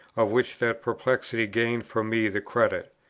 of which that perplexity gained for me the credit.